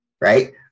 right